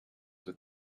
with